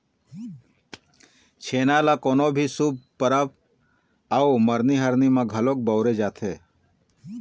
छेना ल कोनो भी शुभ परब अउ मरनी हरनी म घलोक बउरे जाथे